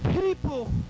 People